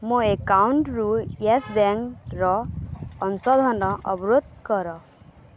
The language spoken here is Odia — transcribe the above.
ମୋ ଆକାଉଣ୍ଟ୍ରୁ ୟେସ୍ ବ୍ୟାଙ୍କ୍ର ଅଂଶଧନ ଅବରୋଧ କର